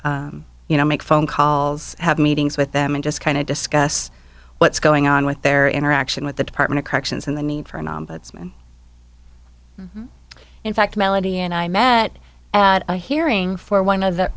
you know make phone call's have meetings with them and just kind of discuss what's going on with their interaction with the department of corrections and the need for an ombudsman in fact melanie and i met at a hearing for one of the